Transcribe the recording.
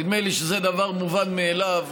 נדמה לי שזה דבר מובן מאליו.